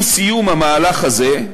עם סיום המהלך הזה,